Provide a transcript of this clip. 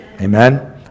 Amen